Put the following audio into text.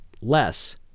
less